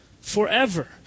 forever